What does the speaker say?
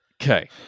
Okay